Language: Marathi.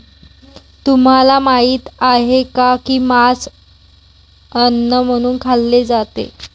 तुम्हाला माहित आहे का की मांस अन्न म्हणून खाल्ले जाते?